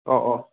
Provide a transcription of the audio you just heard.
ꯑꯣ ꯑꯣ